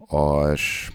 o aš